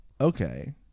Okay